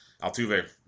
Altuve